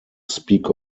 speak